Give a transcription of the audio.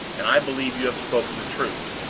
and i believe you have spoken the truth.